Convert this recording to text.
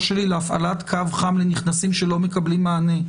שלי להפעלת קו חם לנכנסים שלא מקבלים מענה.